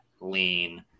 lean